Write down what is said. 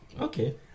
Okay